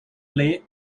play